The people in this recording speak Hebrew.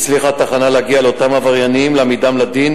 הצליחה התחנה להגיע לאותם עבריינים ולהעמידם לדין,